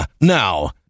Now